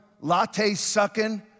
latte-sucking